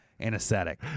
anesthetic